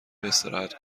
استراحت